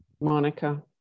Monica